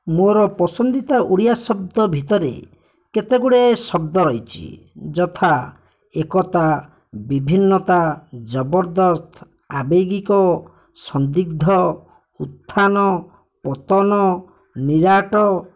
ମୋର ପସନ୍ଦିତା ଓଡ଼ିଆ ଶବ୍ଦ ଭିତରେ କେତେଗୁଡ଼ିଏ ଶବ୍ଦ ରହିଛି ଯଥା ଏକତା ବିଭିନ୍ନତା ଜବରଦସ୍ତ୍ ଆବେଗିକ ସନ୍ଦିଗ୍ଧ ଉତ୍ଥାନ ପତନ ନିରାଟ